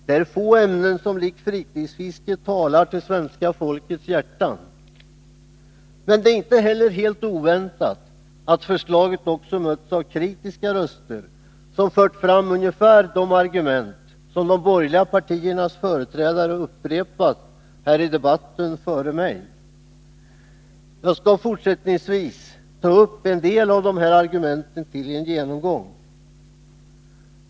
Det är få ämnen som likt fritidsfisket talar till svenska folkets hjärta. Men det är inte helt oväntat att förslaget också mötts av kritiska röster, som fört fram ungefär de argument som de borgerliga partiernas företrädare upprepat här i debatten. Jag skall fortsättningsvis ta upp en del av dessa argument till genomgång.